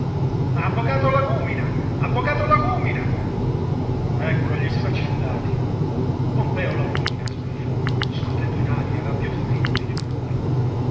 preparazione avvocato lagúmina avvocato lagúmina ecco gli sfaccendati pompeo lagúmina sbuffò scotendo in aria rabbiosamente le pugna